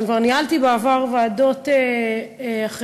כבר ניהלתי בעבר ועדות אחרות,